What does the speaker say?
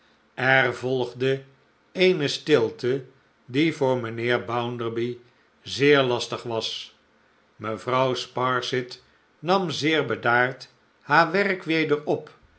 er volgde eene stilte die voor mijnheer bounderby zeer lastig was mevrouw sparsit nam zeer bedaard haar werk weder op